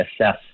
assess